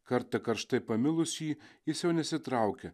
kartą karštai pamilus jį jis jau nesitraukia